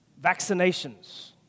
vaccinations